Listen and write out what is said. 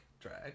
drag